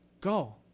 go